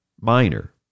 Minor